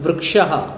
वृक्षः